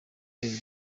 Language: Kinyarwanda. the